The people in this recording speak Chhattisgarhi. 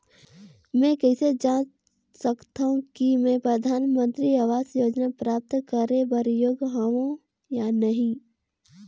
मैं कइसे जांच सकथव कि मैं परधानमंतरी आवास योजना प्राप्त करे बर योग्य हववं या नहीं?